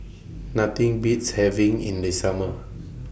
Nothing Beats having in The Summer